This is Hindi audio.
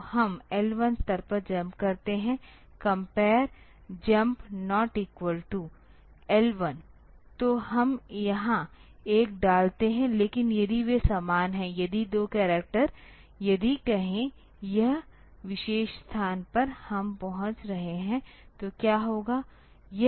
तो हम L1 स्तर पर जम्प करते हैं compare jump not equal to L 1 तो हम यहाँ एक डालते हैं लेकिन यदि वे समान हैं यदि 2 करैक्टर यदि कहे यह विशेष स्थान पर हम पहुंच रहे हैं तो क्या होगा